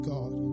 God